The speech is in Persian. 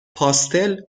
پاستل